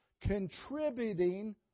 contributing